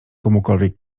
komukolwiek